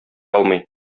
алмый